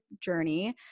journey